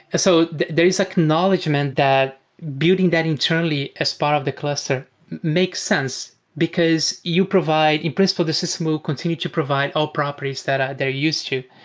so there is acknowledgement that building that internally as part of the cluster makes sense, because you provide in principle, the system will continue to provide all properties that ah they're used to.